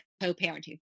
co-parenting